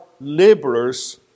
laborers